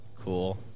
Cool